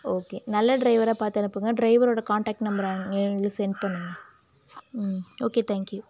okay நல்ல ட்ரைவராக பார்த்து அனுப்புங்கள் ட்ரைவரோடு காண்டக்ட் நம்பரை எங்களுக்கு செண்ட் பண்ணுங்கள் ஓகே தேங்க் யூ